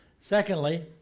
Secondly